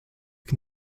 can